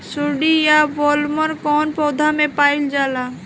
सुंडी या बॉलवर्म कौन पौधा में पाइल जाला?